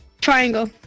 Triangle